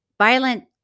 violent